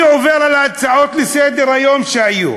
אני עובר על ההצעות לסדר-היום שהיו היום.